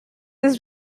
its